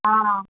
ହଁ ହଁ